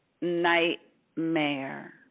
nightmare